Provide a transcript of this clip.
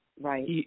right